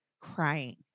crying